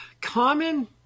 Common